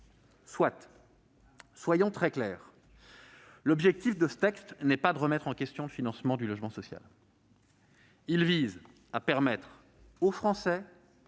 Soit. Soyons très clairs : l'objectif de ce texte n'est pas de remettre en question le financement du logement social. Il est de permettre aux Français